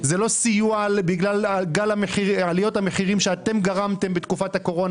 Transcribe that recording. זה לא סיוע בגלל גל עליות המחירים שאתם גרמתם להן בתקופת הקורונה,